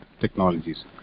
technologies